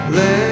Let